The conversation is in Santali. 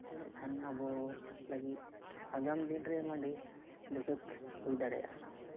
ᱤᱱᱟᱹᱜ ᱠᱷᱟᱱ ᱟᱵᱚ ᱞᱟᱹᱜᱤᱫ ᱟᱜᱟᱢ ᱫᱤᱱ ᱨᱮ ᱟᱰᱤ ᱫᱩᱠᱷᱟᱹᱛ ᱦᱩᱭ ᱫᱟᱲᱮᱭᱟᱜᱼᱟ